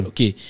Okay